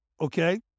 okay